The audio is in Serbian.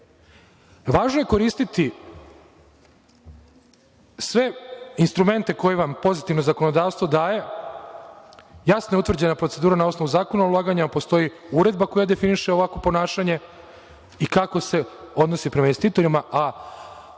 je koristiti sve instrumente koje vam pozitivno zakonodavstvo daje. Jasno je utvrđena procedura, na osnovu Zakona o ulaganjima, postoji uredba koja definiše ovakvo ponašanje i kako se odnosi prema investitorima,